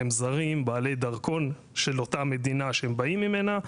הם זרים בעלי דרכון של אותה מדינה שהם באים ממנה,